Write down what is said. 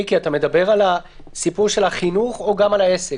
מיקי, אתה מדבר על הסיפור של החינוך או גם על עסק?